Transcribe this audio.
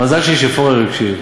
מזל שפורר הקשיב.